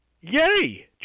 Yay